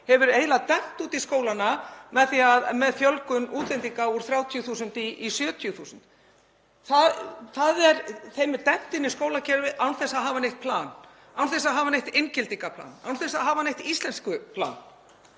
hefur eiginlega dembt á skólana með fjölgun útlendinga úr 30.000 í 70.000. Þeim er dembt inn í skólakerfið án þess að hafa neitt plan, án þess að hafa neitt inngildingarplan, án þess að hafa neitt íslenskuplan.